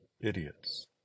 idiots